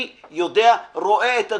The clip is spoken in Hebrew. אני יודע, רואה את הדברים.